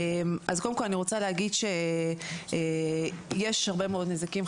אז קודם כל אני רוצה להגיד שיש הרבה מאוד נזקים,